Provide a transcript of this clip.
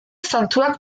zantzuak